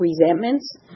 resentments